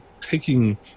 taking –